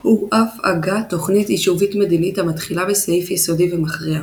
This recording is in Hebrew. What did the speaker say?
הוא אף הגה תוכנית יישובית-מדינית המתחילה בסעיף יסודי ומכריע